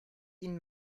ihnen